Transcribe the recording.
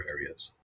areas